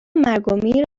مرگومیر